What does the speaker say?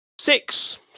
Six